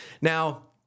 Now